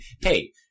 hey